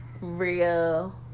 real